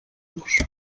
vos